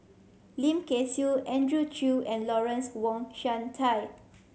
Lim Kay Siu Andrew Chew and Lawrence Wong Shyun Tsai